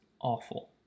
awful